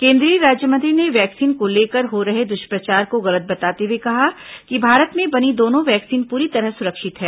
केंद्रीय राज्यमंत्री ने वैक्सीन को लेकर हो रहे दुष्प्रचार को गलत बताते हुए कहा कि भारत में बनी दोनों वैक्सीन पूरी तरह सुरक्षित है